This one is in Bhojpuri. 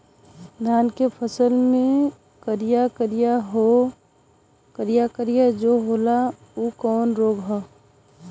धान के फसल मे करिया करिया जो होला ऊ कवन रोग ह?